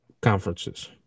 conferences